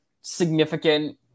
significant